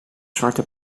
zwarte